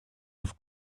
with